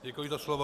Děkuji za slovo.